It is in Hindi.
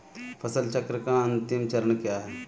फसल चक्र का अंतिम चरण क्या है?